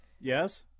Yes